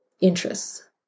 interests